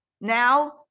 now